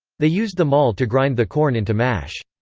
they used the maul to grind the corn into mash.